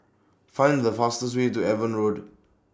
Find The fastest Way to Avon Road